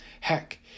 Heck